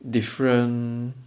different